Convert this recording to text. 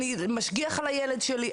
אני משגיח על הילד שלי,